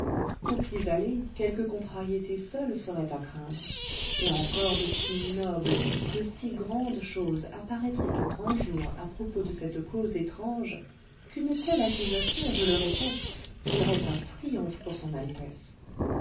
au pis-aller quelques contrariétés seules seraient à craindre et encore de si nobles de si grandes choses apparaîtraient au grand jour à propos de cette cause étrange qu'une telle accusation je le répète serait un triomphe pour